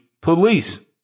police